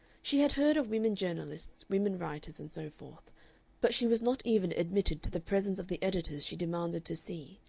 she had heard of women journalists, women writers, and so forth but she was not even admitted to the presence of the editors she demanded to see,